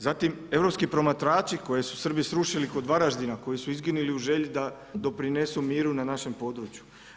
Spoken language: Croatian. Zatim europski promatrači koje su Srbi srušili kod Varaždina, koji su izginili u želji da doprinesu miru na našem području.